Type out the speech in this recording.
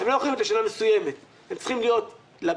הם לא הולכים בשנה מסוימת, הם צריכים להיות לבסיס,